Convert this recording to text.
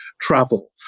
travel